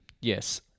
Yes